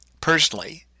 personally